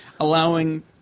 Allowing